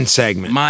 segment